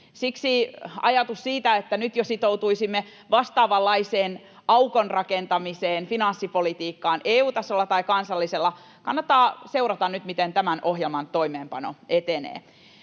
Siksi ajatus siitä, että nyt jo sitoutuisimme vastaavanlaiseen aukon rakentamiseen finanssipolitiikkaan EU-tasolla tai kansallisella... Kannattaa seurata nyt, miten tämän ohjelman toimeenpano etenee.